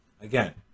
Again